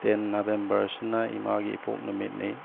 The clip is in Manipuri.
ꯇꯦꯟ ꯅꯕꯦꯝꯕꯔꯁꯤꯅ ꯏꯃꯥꯒꯤ ꯏꯄꯣꯛ ꯅꯨꯃꯤꯠꯅꯤ